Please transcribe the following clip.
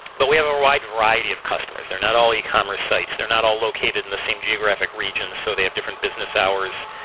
but we have a wide variety or customers. they're not all yeah e-commerce sites. they're not all located in the same geographic region, so they have different business hours.